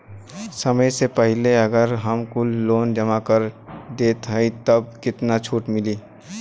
समय से पहिले अगर हम कुल लोन जमा कर देत हई तब कितना छूट मिली?